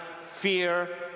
fear